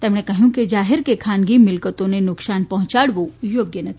તેમણે ઉમેર્યું કે જાહેર કે ખાનગી મિલકતોને નુકશાન પહોંચાડવું યોગ્ય નથી